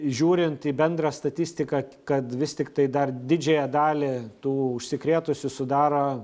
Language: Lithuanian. žiūrint į bendrą statistiką kad vis tiktai dar didžiąją dalį tų užsikrėtusių sudaro